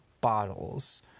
bottles